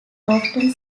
often